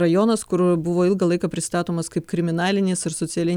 rajonas kur buvo ilgą laiką pristatomas kaip kriminalinis ir socialiai